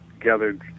gathered